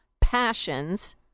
passions